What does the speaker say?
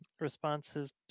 responses